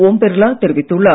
ஓம் பிர்லா தெரிவித்துள்ளார்